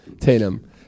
Tatum